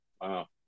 Wow